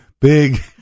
big